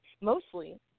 Mostly